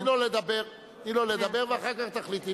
תני לו לדבר, ואחר כך תחליטי.